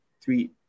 three